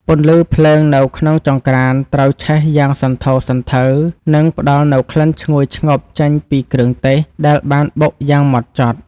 ពន្លឺភ្លើងនៅក្នុងចង្រ្កានត្រូវឆេះយ៉ាងសន្ធោសន្ធៅ និង ផ្តល់នូវក្លិនឈ្ងុយឈ្ងប់ចេញពីគ្រឿងទេសដែលបានបុកយ៉ាងម៉ត់ចត់។